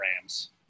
Rams